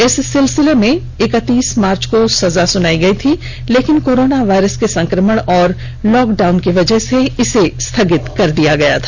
इस सिलसिले में इक्तीस मार्च को सजा सुनायी जानी थी लेकिन कोरोना वायरस के संक्रमण और लॉकडाउन की वजह से इसे स्थगित कर दिया गया था